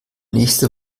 nächste